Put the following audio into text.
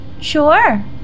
Sure